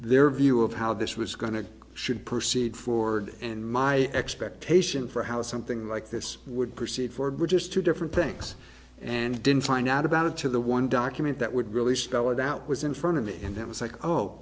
their view of how this was going to should proceed forward and my expectation for how something like this would proceed forward which is two different things and didn't find out about it to the one document that would really spell it out was in front of me and that was like oh